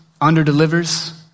underdelivers